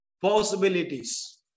Possibilities